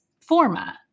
format